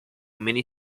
mini